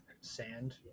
Sand